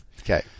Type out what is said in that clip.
Okay